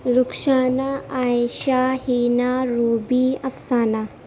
Rukhsana Ayesha Hina Ruby Afsana